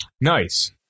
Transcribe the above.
Nice